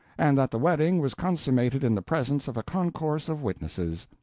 and that the wedding was consummated in the presence of a concourse of witnesses.